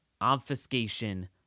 obfuscation